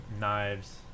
knives